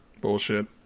Bullshit